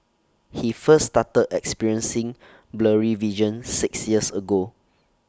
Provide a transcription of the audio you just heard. he first started experiencing blurry vision six years ago